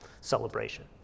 celebration